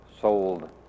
sold